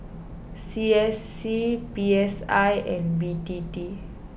C S C P S I and B T T